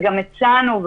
וגם הצענו,